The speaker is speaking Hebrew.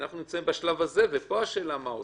אנחנו נמצאים בשלב הזה, ופה השאלה מה עושים.